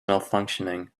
malfunctioning